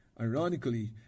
Ironically